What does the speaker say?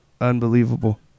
Unbelievable